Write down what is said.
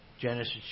Genesis